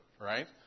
right